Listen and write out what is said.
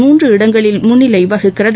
மூன்று இடங்களில் முன்னிலை வகிக்கிறது